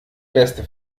beste